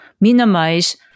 minimize